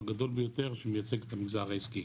הגדול ביותר שמייצג את המגזר העסקי.